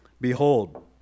behold